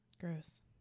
Gross